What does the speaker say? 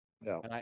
No